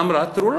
ואמרה: תראו,